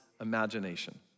imagination